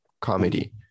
comedy